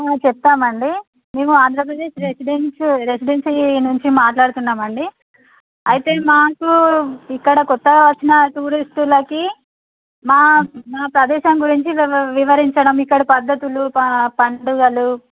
చెప్తామండి మేము Andhra Pradesh residence residential area నుండి మాట్లాడుతున్నామండి ఐతే మాకు ఇక్కడ కొత్తగా వచ్చిన టూరిస్టులకి మా మా ప్రదేశం గురించి వివ వివరించడం ఇక్కడ పద్ధతులు ప పండుగలు